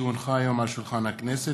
כי הונחה היום על שולחן הכנסת,